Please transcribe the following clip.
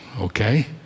okay